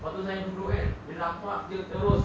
lepas tu safian duduk kan dia nampak dia terus